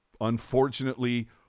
unfortunately